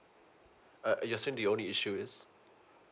uh right you're saying the only issue is